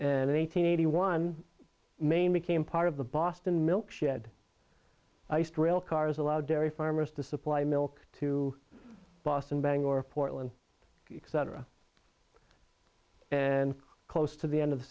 and eight hundred eighty one main became part of the boston milk shed iced railcars a lot of dairy farmers to supply milk to boston bangor portland cetera and close to the end of the